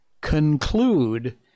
conclude